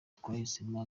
twahisemo